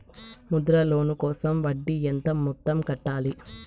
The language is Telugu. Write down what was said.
ముద్ర లోను కోసం వడ్డీ ఎంత మొత్తం కట్టాలి